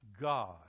God